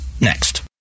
next